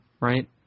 right